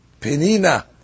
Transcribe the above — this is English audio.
penina